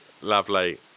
Lovely